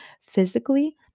physically